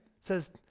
says